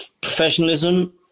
professionalism